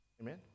Amen